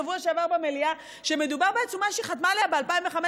בשבוע שעבר במליאה שמדובר בעצומה שהיא חתמה עליה ב-2005,